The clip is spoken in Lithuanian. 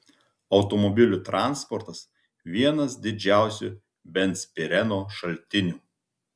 automobilių transportas vienas didžiausių benzpireno šaltinių